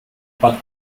bad